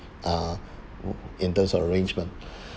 uh in terms of arrangement